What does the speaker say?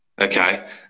Okay